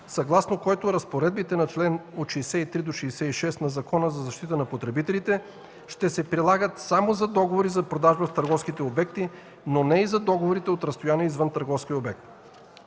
съгласно който разпоредбите на чл. 63-66 на Закона за защита на потребителите, ще се прилагат само за договори за продажба в търговските обекти, но не и за договорите от разстояние и извън търговския обект.